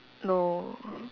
no